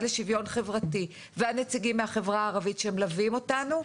לשוויון חברתי והנציגים מהחברה הערבית שמלווים אותנו,